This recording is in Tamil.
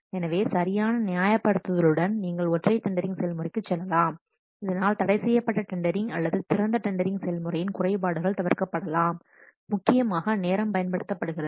எனவே சரியான நியாயப்படுத்தலுடன் நீங்கள் ஒற்றை டெண்டரிங் செயல்முறைக்கு செல்லலாம் இதனால் தடைசெய்யப்பட்ட டெண்டரிங் அல்லது திறந்த டெண்டரிங் செயல்முறையின் குறைபாடுகள் தவிர்க்கப்படலாம் முக்கியமாக நேரம் பயன்படுத்தப்படுகிறது